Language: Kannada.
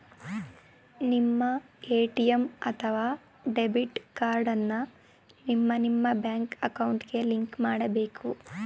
ನಿಮ್ಮ ಎ.ಟಿ.ಎಂ ಅಥವಾ ಡೆಬಿಟ್ ಕಾರ್ಡ್ ಅನ್ನ ನಿಮ್ಮ ನಿಮ್ಮ ಬ್ಯಾಂಕ್ ಅಕೌಂಟ್ಗೆ ಲಿಂಕ್ ಮಾಡಬೇಕು